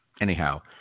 anyhow